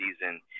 season